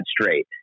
straight